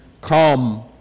come